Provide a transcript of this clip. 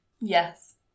Yes